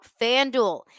FanDuel